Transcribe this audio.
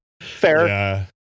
Fair